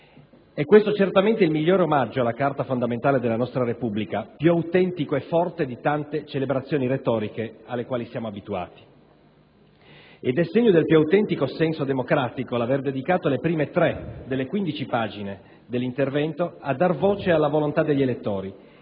Questo è certamente il migliore omaggio alla Carta fondamentale della nostra Repubblica, più autentico e forte di tante celebrazioni retoriche alle quali siamo abituati. Ed è segno del più autentico assenso democratico l'aver dedicato le prime tre delle 15 pagine dell'intervento a dare voce alla volontà degli elettori,